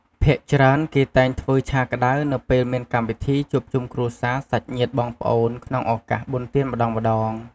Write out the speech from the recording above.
ភាគច្រើនគេតែងធ្វើឆាក្តៅ នៅពេលមានកម្មវិធីជួបជុំគ្រួសារសាច់ញាតិបងប្អូនក្នុងឳកាសបុណ្យទានម្តងៗ។